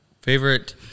Favorite